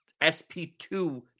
SP2